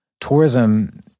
tourism